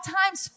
times